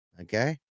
Okay